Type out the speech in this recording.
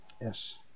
Yes